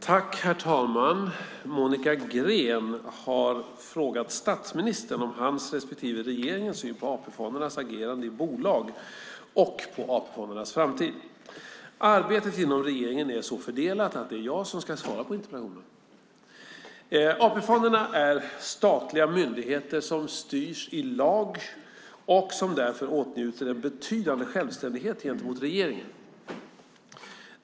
Herr talman! Monica Green har frågat statsministern om hans respektive regeringens syn på AP-fondernas agerande i bolag och på AP-fondernas framtid. Arbetet inom regeringen är så fördelat att det är jag som ska svara på interpellationen. AP-fonderna är statliga myndigheter som styrs i lag och som därför åtnjuter en betydande självständighet gentemot regeringen.